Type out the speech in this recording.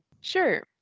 Sure